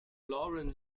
lauren